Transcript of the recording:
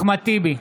אחמד טיבי,